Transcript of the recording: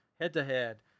head-to-head